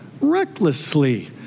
recklessly